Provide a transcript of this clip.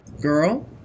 Girl